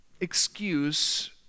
excuse